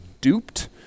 duped